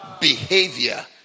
behavior